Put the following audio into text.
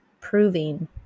proving